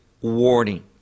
warning